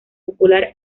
popular